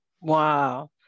Wow